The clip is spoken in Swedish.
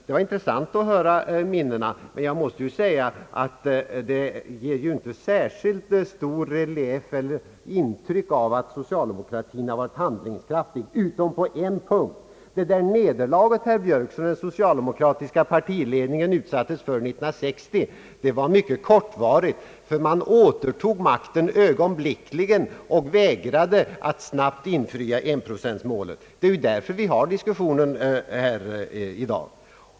Det var intressant att höra minnena, men jag måste säga att det hela inte ger något särskilt intryck av att socialdemokratin varit handlingskraftig — utom på en punkt: nederlaget som den socialdemokratiska partiledningen utsattes för 1960 var mycket kortvarigt; man återtog ögonblickligen makten och vägrade att snabbt förverkliga 1-procentmålet. Det är ju därför vi har diskussionen i dag.